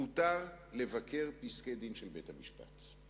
מותר לבקר פסקי-דין של בית-משפט.